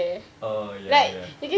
err ya ya ya